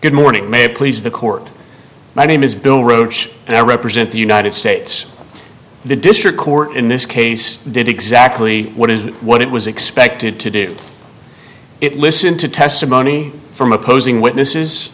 good morning may please the court my name is bill roache and i represent the united states the district court in this case did exactly what it what it was expected to do it listen to testimony from opposing witnesses